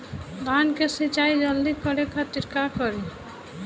धान के सिंचाई जल्दी करे खातिर का करी?